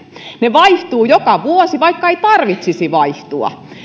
ne vaihtuvat joka vuosi vaikka ei tarvitsisi vaihtua